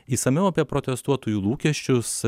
išsamiau apie protestuotojų lūkesčius